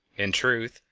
in truth,